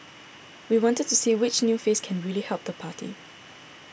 we wanted to see which new face can really help the party